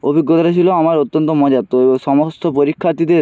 অভিজ্ঞতাটা ছিলো আমার অত্যন্ত মজার তো সমস্ত পরীক্ষার্থীদের